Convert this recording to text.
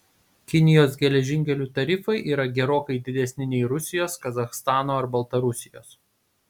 kinijos geležinkelių tarifai yra gerokai didesni nei rusijos kazachstano ar baltarusijos